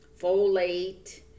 folate